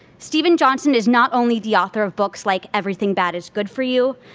steven johnson is not only the author of books like everything bad is good for you,